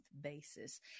basis